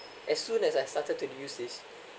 as soon as I started to use this